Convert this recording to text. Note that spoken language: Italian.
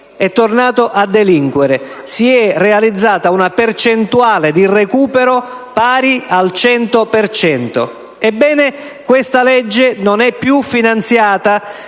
è tornato a delinquere. Si è realizzata una percentuale di recupero pari al 100 per cento. Questa legge non è più finanziata: